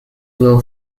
will